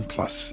Plus